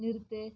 நிறுத்து